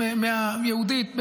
ויהודית.